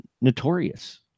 Notorious